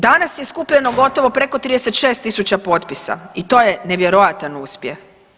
Danas je skupljeno gotovo preko 36000 potpisa i to je nevjerojatan uspjeh.